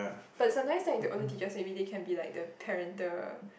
but sometimes like the older teachers everyday can be like they are like parental